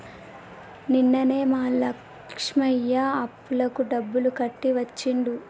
నిన్ననే మా లక్ష్మయ్య అప్పులకు డబ్బులు కట్టి వచ్చిండు